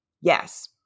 Yes